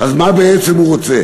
אז מה בעצם הוא רוצה?